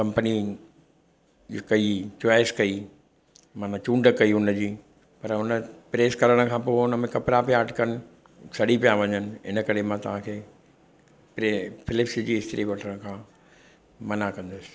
company कई choice कई मन चूंड कई हुनजी पर हुन प्रेस करण खां पोइ उनमें कपिड़ा पिया अटकनि सड़ी पिया वञनि हिन करे मां तव्हांखे इहे फिलिप्स जी इस्त्री वठण खां मना कंदुसि